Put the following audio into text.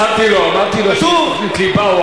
אמרתי לו: תוכנית ליבה.